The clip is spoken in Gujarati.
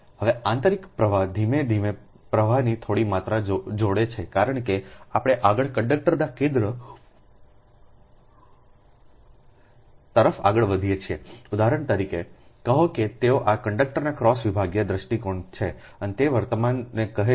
હવે આંતરિક પ્રવાહ ધીમે ધીમે પ્રવાહની થોડી માત્રાને જોડે છે કારણ કે આપણે આગળ કંડક્ટરના કેન્દ્ર તરફ આગળ વધીએ છીએ ઉદાહરણ તરીકે કહો કે તેઓ આ કંડક્ટરનો ક્રોસ વિભાગીય દૃષ્ટિકોણ છે અને તે વર્તમાનને વહન કરે છે